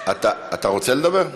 אתה רוצה לדבר?